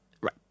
Right